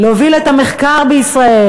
להוביל את המחקר בישראל,